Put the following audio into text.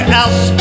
else